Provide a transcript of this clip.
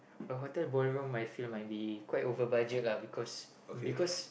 a hotel ballroom I feel might be quite over budget lah because because